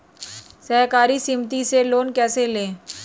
सहकारी समिति से लोन कैसे लें?